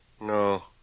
No